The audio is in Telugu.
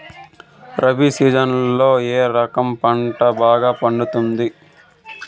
రబి సీజన్లలో ఏ రకం పంట బాగా పండుతుంది